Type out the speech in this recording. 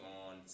on